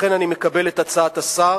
לכן, אני מקבל את הצעת השר